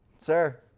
Sir